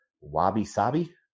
wabi-sabi